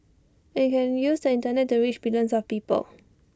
and you can use the Internet to reach billions of people